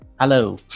hello